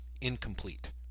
incomplete